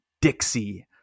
Dixie